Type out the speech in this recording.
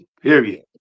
period